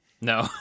No